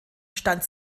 stand